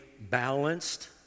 balanced